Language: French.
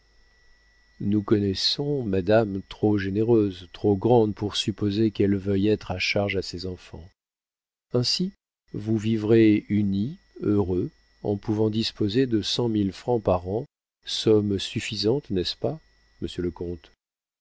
nous connaissons madame trop généreuse trop grande pour supposer qu'elle veuille être à charge à ses enfants ainsi vous vivrez unis heureux en pouvant disposer de cent mille francs par an somme suffisante n'est-ce pas monsieur le comte